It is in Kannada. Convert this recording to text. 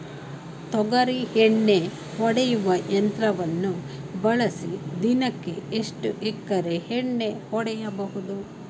ತೊಗರಿ ಎಣ್ಣೆ ಹೊಡೆಯುವ ಯಂತ್ರವನ್ನು ಬಳಸಿ ದಿನಕ್ಕೆ ಎಷ್ಟು ಎಕರೆ ಎಣ್ಣೆ ಹೊಡೆಯಬಹುದು?